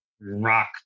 rock